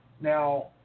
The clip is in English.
Now